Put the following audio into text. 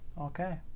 Okay